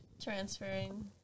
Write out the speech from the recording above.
Transferring